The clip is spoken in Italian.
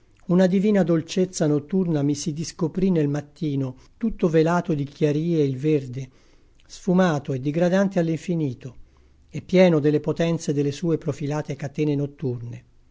una divina dolcezza notturna mi si discoprì nel mattino tutto velato di chiarìe il verde sfumato e digradante all'infinito e pieno delle potenze delle sue profilate catene notturne